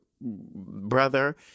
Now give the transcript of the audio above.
brother